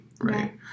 right